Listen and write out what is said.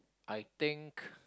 I think